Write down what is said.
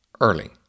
early